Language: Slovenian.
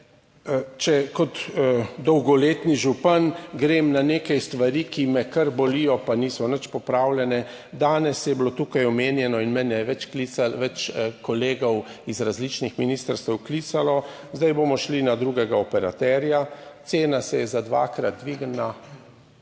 če kot dolgoletni župan grem na nekaj stvari, ki me kar bolijo, pa niso nič popravljene, danes je bilo tukaj omenjeno in mene je več kolegov iz različnih ministrstev klicalo, zdaj bomo šli na drugega operaterja. Cena se je za dvakrat dvignila.